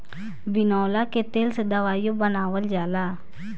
बिनौला के तेल से दवाईओ बनावल जाला